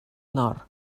nord